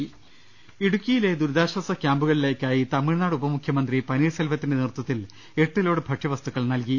ള്ളമാര ഇടുക്കിയിലെ ദുരി താ ശ്യാസ ക്യാമ്പു കളിലേക്കായി തമിഴ്നാട് ഉപമുഖ്യമന്ത്രി പനീർശെൽവത്തിന്റെ നേതൃത്വത്തിൽ എട്ടു ലോഡ് ഭക്ഷ്യവസ്തുക്കൾ നൽകി